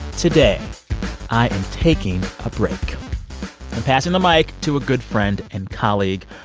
today i am taking a break. i'm passing the mic to a good friend and colleague,